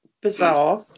bizarre